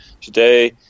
today